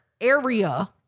area